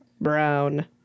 brown